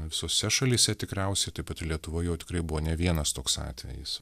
visose šalyse tikriausiai taip pat ir lietuvoj jau tikrai buvo ne vienas toks atvejis